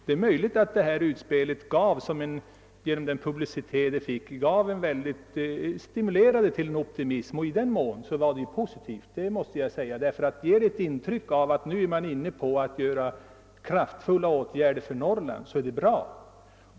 Det är möjligt att detta utspel — genom den publicitet det fick — stimulerade till optimism, och i så måtto var det positivt — det vill jag erkänna. Ger det ett intryck av att man nu är inne på att vidta kraftfulla åtgärder för Norrland, så är det bra.